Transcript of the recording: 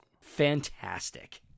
Fantastic